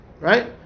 Right